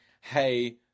hey